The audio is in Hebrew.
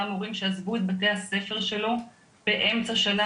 מורים שעזבו את בית הספר שלו באמצע השנה.